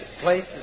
place